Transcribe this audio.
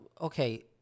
okay